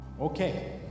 Okay